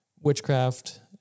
witchcraft